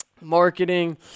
marketing –